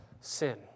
sin